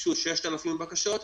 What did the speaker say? הוגשו 6,000 בקשות,